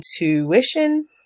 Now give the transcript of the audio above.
intuition